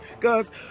Cause